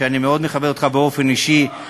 ואני מאוד מכבד אותך באופן אישי,